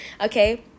okay